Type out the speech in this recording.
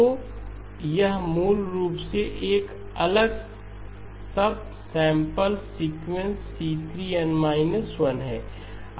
तो यह मूल रूप से एक अलग सबसैंपल सीक्वेंस C3n−1 है